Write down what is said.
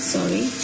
Sorry